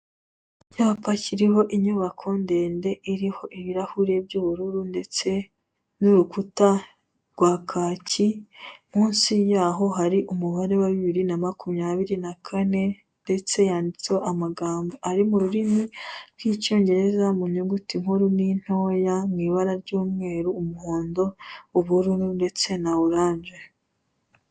Icyapa kiriho inyubako ndende iriho ibirahure by'ubururu ndetse n'urukuta bwa kaki, munsi yaho hari umubare wa 2024 ndetse yanditseho amagambo ari mu rurimi rw'Icyongereza mu nyuguti nkuru n'Intoya mu ibara ry'umweru umuhondo ubururu ndetse na orange.